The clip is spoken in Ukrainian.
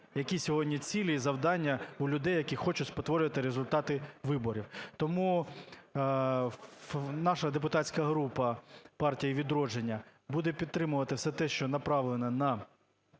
які сьогодні цілі і завдання у людей, які хочуть спотворити результати виборів. Тому наша депутатська група "Партії "Відродження" буде підтримувати все, те, що направлено на